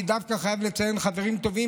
אני דווקא חייב לציין חברים טובים